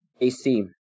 AC